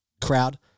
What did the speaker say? crowd